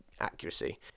accuracy